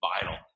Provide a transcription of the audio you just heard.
vital